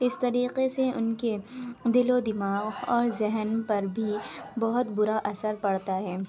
اس طریقے سے ان کے دل و دماغ اور ذہن پر بھی بہت برا اثر پڑتا ہے